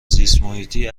زیستمحیطی